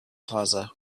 plaza